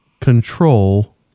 control